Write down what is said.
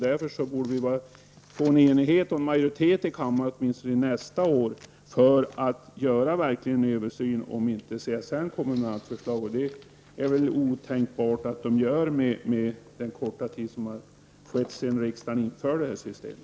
Därför borde vi kunna få en enighet och majoritet i kammaren åtminstone nästa år för att verkligen göra en översyn, om inte CSN kommer med något annat förslag. Det är väl otänkbart att man gör det med tanke på den korta tid som har gått sedan riksdagen införde det här systemet.